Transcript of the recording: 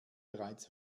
bereits